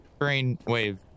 brainwave